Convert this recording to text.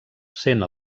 sent